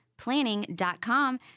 Planning.com